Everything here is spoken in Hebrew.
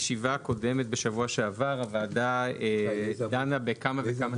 בישיבה שהתקיימה בשבוע שעבר הוועדה דנה בכמה וכמה